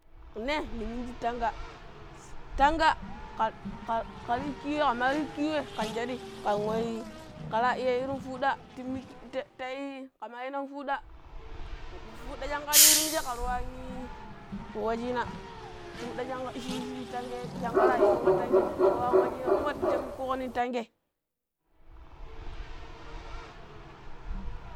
﻿Nee nii minji tanga, tanga kha kha khar yu kiwoi khama yu kiwoi khan chjadii khan wa ii, kha ra iya wa yii fuuda khama yii nan fuuda chjan khar yii ru michjee khar wanii, wachjii na, fuuda schankga shii shii tangai, schankha ra yii run kha tangai khara wan wee schiina kuma ta taamikego kho nin tangai.